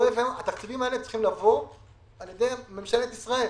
התקציבים האלה צריכים לבוא על ידי ממשלת ישראל.